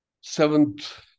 seventh